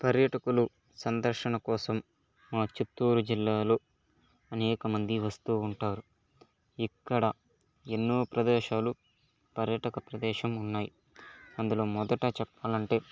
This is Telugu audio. పర్యాటకులు సందర్శన కోసం మా చిత్తూరు జిల్లాల్లో అనేకమంది వస్తూ ఉంటారు ఇక్కడ ఎన్నో ప్రదేశాలు పర్యాటక ప్రదేశం ఉన్నాయి అందులో మొదట చెప్పాలంటే